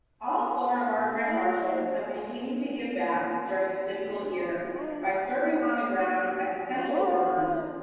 all four of our grand marshals have continued to give back during this difficult year by serving on the ground as essential workers,